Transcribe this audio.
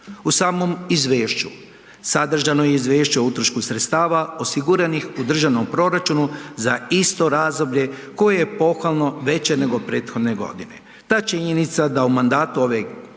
U samom izvješću sadržano je i izvješće o utrošku sredstava osiguranih u državnom proračunu za isto razdoblje koje je pohvalno veće nego prethodne godine. Ta činjenica da u mandatu ove